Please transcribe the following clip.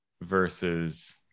versus